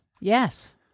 Yes